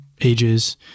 ages